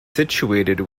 situated